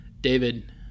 David